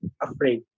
afraid